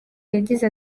yagize